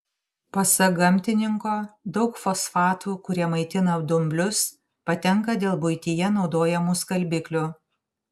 pasak gamtininko daug fosfatų kurie maitina dumblius patenka dėl buityje naudojamų skalbiklių